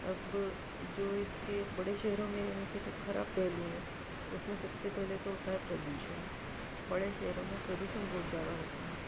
अब जो इसके बड़े शहरों में रहने के जो खराब पहलू हैं उसमें सबसे पहले तो होता है प्रदूषण बड़े शहरों में प्रदूषण बहुत ज़्यादा होता है